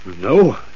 No